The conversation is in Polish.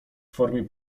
formie